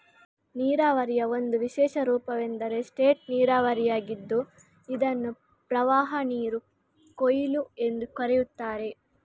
ನೀರಾವರಿಯ ಒಂದು ವಿಶೇಷ ರೂಪವೆಂದರೆ ಸ್ಪೇಟ್ ನೀರಾವರಿಯಾಗಿದ್ದು ಇದನ್ನು ಪ್ರವಾಹನೀರು ಕೊಯ್ಲು ಎಂದೂ ಕರೆಯುತ್ತಾರೆ